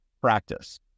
practice